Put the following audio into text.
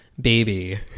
baby